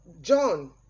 John